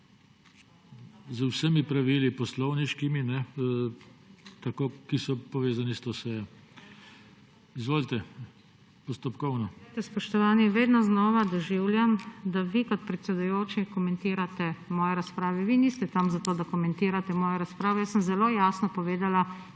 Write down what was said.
z vsemi pravili poslovniškimi, ki so povezani s to sejo. Izvolite, postopkovno. **NATAŠA SUKIČ (PS Levica):** Poglejte, spoštovani, vedno znova doživljam, da vi kot predsedujoči komentirate moje razprave. Vi niste tam zato, da komentirate moje razprave. Jaz sem zelo jasno povedala,